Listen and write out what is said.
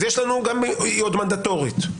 היא עוד מנדטורית.